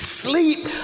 sleep